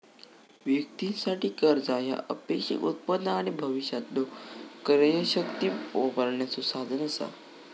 व्यक्तीं साठी, कर्जा ह्या अपेक्षित उत्पन्न आणि भविष्यातलो क्रयशक्ती वापरण्याचो साधन असा